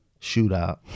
shootout